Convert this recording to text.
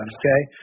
okay